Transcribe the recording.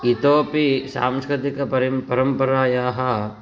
इतोपि सांस्कृतिक परम्परायाः